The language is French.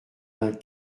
vingt